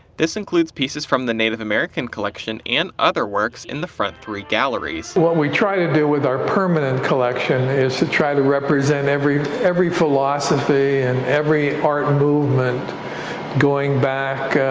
this includes pieces from the native american collection and other works in the front three galleries. what we try to do with our permanent collection is to try to represent every every philosophy, and every art movement going back